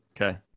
Okay